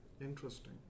Interesting